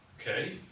Okay